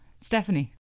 Stephanie